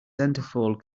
centerfold